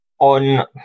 On